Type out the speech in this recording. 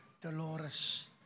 Dolores